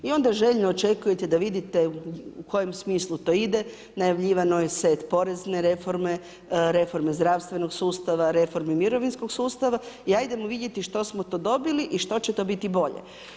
I onda željno očekujete da vidite u kojem smislu to ide, najavljivano je set porezne reforme, reforme zdravstvenog sustava, reforme mirovinskog sustava i ajdemo vidjeti što smo to dobili i što će to biti bolje.